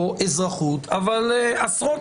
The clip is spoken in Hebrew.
אבל להדיר ממנה,